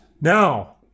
Now